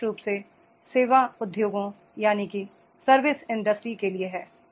विशेषरूप से सेवा उद्योगों के लिए है